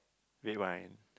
red wine